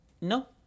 No